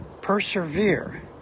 persevere